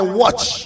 watch